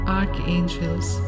archangels